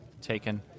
taken